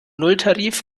nulltarif